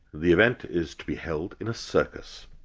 the event is to be held in a circus.